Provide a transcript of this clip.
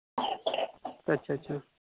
ᱟᱪᱪᱷᱟ ᱪᱷᱟ